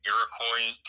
Iroquois